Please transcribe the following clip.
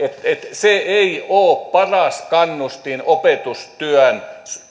se ei ole paras kannustin opetustyön